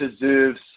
deserves